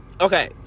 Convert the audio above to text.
okay